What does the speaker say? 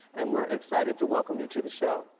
and we're excited to welcome you to the show.